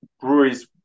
breweries